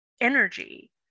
energy